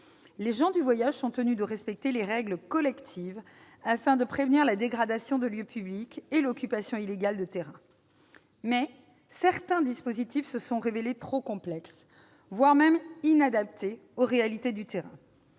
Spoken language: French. les gens du voyage sont tenus de respecter les règles collectives, en vue de prévenir la dégradation de lieux publics et l'occupation illégale de terrains. Mais certains dispositifs se sont révélés trop complexes, voire inadaptés aux réalités du terrain,